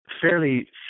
fairly